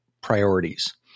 priorities